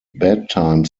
bedtime